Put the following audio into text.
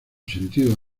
sentido